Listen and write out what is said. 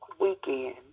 weekend